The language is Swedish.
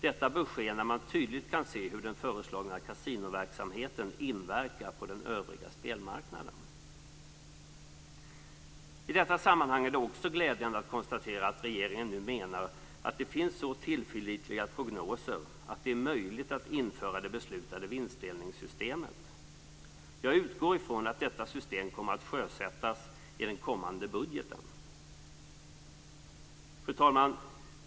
Detta bör ske när man tydligt kan se hur den föreslagna kasinoverksamheten inverkar på den övriga spelmarknaden. I detta sammanhang är det också glädjande att konstatera att regeringen nu menar att det finns så tillförlitliga prognoser att det är möjligt att införa det beslutade vinstdelningssystemet. Jag utgår från att detta system sjösätts i den kommande budgeten. Fru talman!